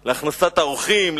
על הכנסת האורחים,